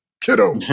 Kiddo